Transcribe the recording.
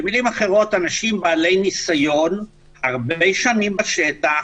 במילים אחרות, אנשים בעלי ניסיון, הרבה שנים בשטח.